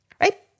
right